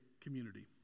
community